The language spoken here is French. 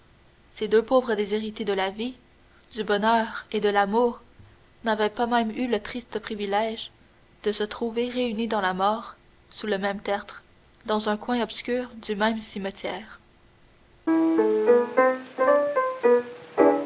ces deux pauvres déshérités de la vie du bonheur et de l'amour n'avaient même pas eu le triste privilège de se trouver réunis dans la mort sous le même tertre dans un coin obscur du même cimetière